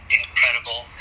incredible